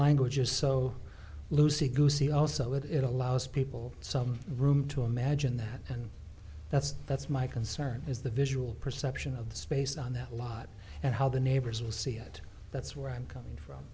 language is so loosely goosey also it allows people some room to imagine that and that's that's my concern is the visual perception of the space on that lot and how the neighbors will see it that's where i'm coming from